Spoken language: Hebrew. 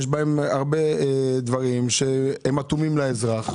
יש הרבה דברים שבהם הם אטומים לאזרח.